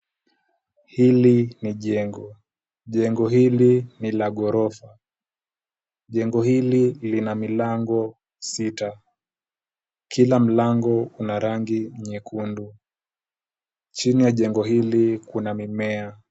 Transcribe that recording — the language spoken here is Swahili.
Hili ni jengo. Jengo hili ni la ghorofa. Jengo hili lina milango sita. Kila mlango una rangi nyekundu. Chini ya jengo hili kuna mimea.